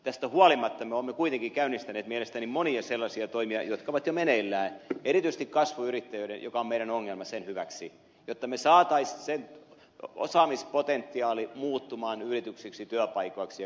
tästä huolimatta me olemme kuitenkin käynnistäneet mielestäni monia sellaisia toimia jotka ovat jo meneillään erityisesti kasvuyrittäjyyden joka on meidän ongelmamme hyväksi jotta me saisimme sen osaamispotentiaalin muuttumaan yrityksiksi työpaikoiksi ja kasvaviksi yrityksiksi